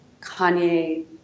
Kanye